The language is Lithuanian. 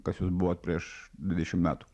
kas jūs buvo prieš dvidešimt metų